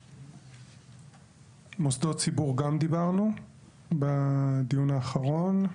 מוסדות ציבור גם דיברנו בדיון האחרון,